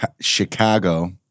Chicago